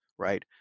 Right